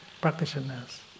practitioners